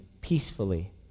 peacefully